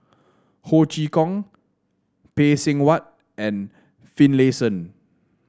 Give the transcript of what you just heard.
Ho Chee Kong Phay Seng Whatt and Finlayson